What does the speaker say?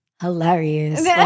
hilarious